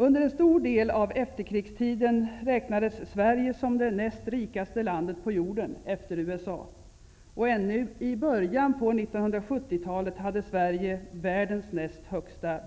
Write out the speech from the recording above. Under en stor del av efterkrigstiden räknades Sverige som det näst rikaste landet på jorden efter USA. Ännu i början på 1970-talet hade Sverige världens näst högsta